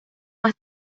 más